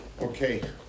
Okay